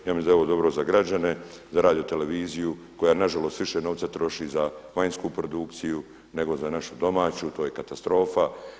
Ja mislim da je ovo dobro za građane, za radioteleviziju koja na žalost više novca troši za vanjsku produkciju nego za našu domaću, to je katastrofa.